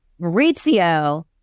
Maurizio